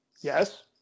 Yes